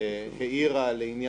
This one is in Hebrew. עוד לא.